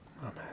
Amen